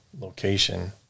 location